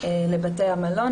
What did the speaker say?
לבתי המלון.